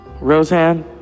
Roseanne